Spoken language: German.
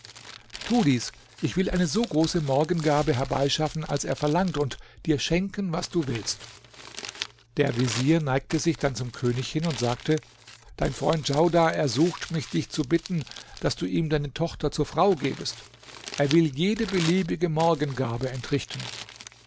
tu dies ich will eine so große morgengabe herbeischaffen als er verlangt und dir schenken was du willst der vezier neigte sich dann zum könig hin und sagte dein freund djaudar ersucht mich dich zu bitten daß du ihm deine tochter zur frau gebest er will jede beliebige morgengabe entrichten